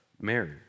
Mary